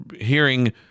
hearing